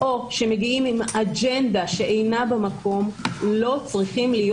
או שמגיעים עם אג'נדה שאינה במקום לא צריכים להיות